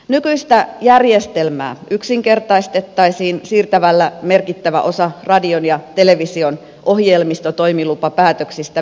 nykyistä järjestelmää yksinkertaistettaisiin siirtämällä merkittävä osa radion ja television ohjelmistotoimilupapäätöksistä viestintävirastolle